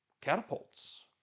catapults